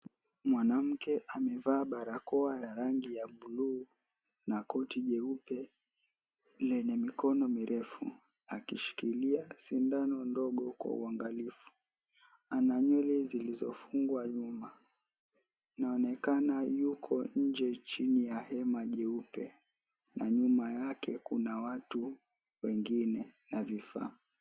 Mwanamke amevaa vaa barakoa ya rangi ya bluu, na koti jeupe lenye mikono mirefu, akishikilia sindano ndogo kwa uangalifu. Ana nywele zilizofungwa nyuma, inaonekana yuko nje chini ya hema jeupe, na nyuma yake kuna watu wengine na vifaa.